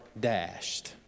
dashed